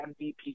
MVP